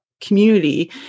community